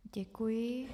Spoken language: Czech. Děkuji.